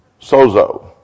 Sozo